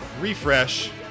Refresh